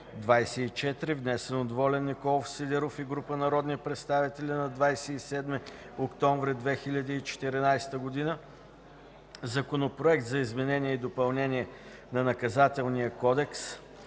внесен от Волен Николов Сидеров и група народни представители на 27 октомври 2014 г.; Законопроект за изменение и допълнение на Наказателния кодекс,